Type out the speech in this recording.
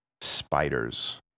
spiders